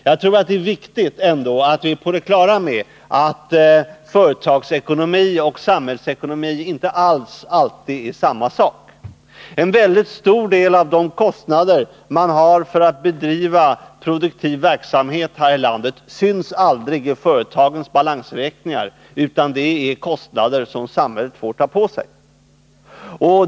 Jag tror ändå det är viktigt att vi är på det klara med att företagsekonomi och samhällsekonomi inte alltid är samma sak. En väldigt stor del av de kostnader man har för att bedriva produktiv verksamhet här i landet syns aldrig i företagens balansräkningar, utan det är kostnader som samhället får ta på sig.